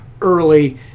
early